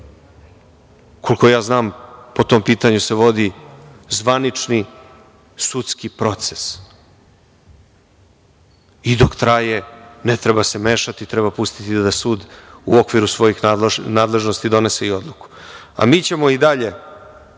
nađe. Koliko ja znam, po tom pitanju se vodi zvanični sudski proces i dok traje ne treba se mešati, treba pustiti da sud u okviru svojih nadležnosti donese i odluku. Mi ćemo i dalje